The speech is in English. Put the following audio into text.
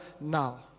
now